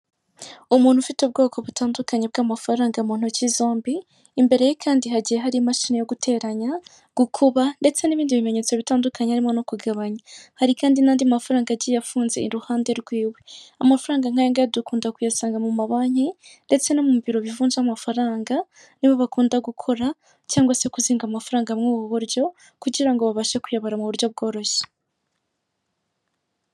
Umuntu ufite ubwoko butandukanye bw'amafaranga mu ntoki zombi, imbere ye kandi hagiye hari imashini yo guteranya, gukuba ndetse n'ibindi bimenyetso bitandukanye harimo no kugabanya, hari kandi n'andi mafarangagiye afunze iruhande rwiwe, amafaranga nk'ayangaya dukunda kuyasanga mu mabanki ndetse no mu biro bivunja amafaranga nibo bakunda gukora cyangwa se kuzinga amafaranga muri ubu buryo kugira ngo babashe kuyabara mu buryo bworoshye.